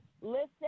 Listen